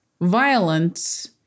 violence